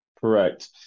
Correct